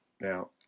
Now